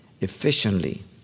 efficiently